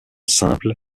simple